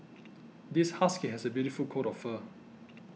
this husky has a beautiful coat of fur